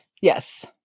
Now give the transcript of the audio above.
Yes